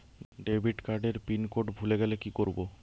Debit card এর pin code ভুলে গেলে কি করব?